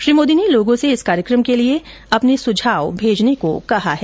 श्री मोदी ने लोगों से इस कार्यक्रम के लिए अपने सुझाव भेजने को कहा है